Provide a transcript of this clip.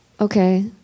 Okay